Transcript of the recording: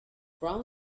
ground